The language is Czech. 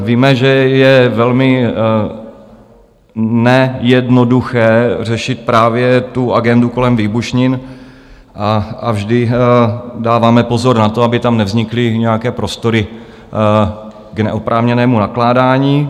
Víme, že je velmi nejednoduché řešit právě agendu kolem výbušnin, a vždy dáváme pozor na to, aby tam nevznikly nějaké prostory k neoprávněnému nakládání.